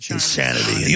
Insanity